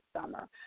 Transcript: summer